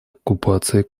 оккупации